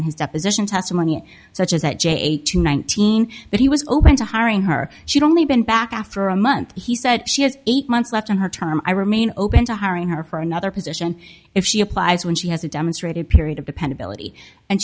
in his deposition testimony such as that j eighteen nineteen that he was open to hiring her she'd only been back after a month he said she has eight months left in her term i remain open to hiring her for another position if she applies when she has a demonstrated period of dependability and